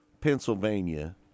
Pennsylvania